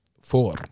four